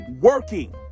working